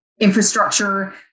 infrastructure